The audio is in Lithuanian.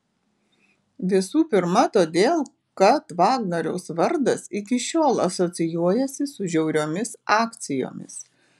visų pirma todėl kad vagnoriaus vardas iki šiol asocijuojasi su žiauriomis akcijomis